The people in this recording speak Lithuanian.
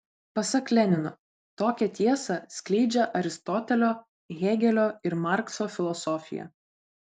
pasak lenino tokią tiesą skleidžia aristotelio hėgelio ir markso filosofija